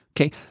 Okay